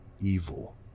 evil